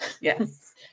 yes